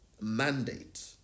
mandate